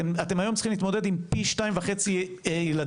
אתם צריכים להתמודד עם פי 2.5 ילדים,